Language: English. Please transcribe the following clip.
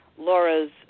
laura's